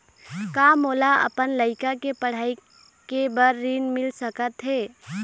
का मोला अपन लइका के पढ़ई के बर ऋण मिल सकत हे?